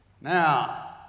Now